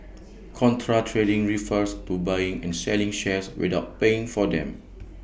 contra trading refers to buying and selling shares without paying for them